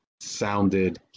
sounded